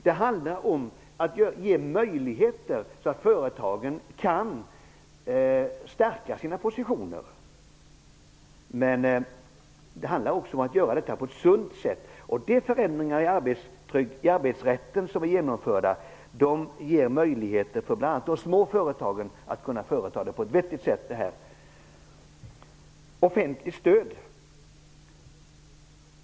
Det handlar om att ge möjligheter för företagen att stärka sina positioner. Det handlar också om att göra detta på ett sunt sätt. De förändringar i arbetsrätten som är genomförda ger möjligheter för bl.a. de små företagen att genomföra detta på ett vettigt sätt.